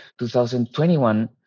2021